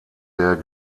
der